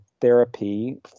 therapy